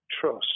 trust